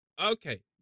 okay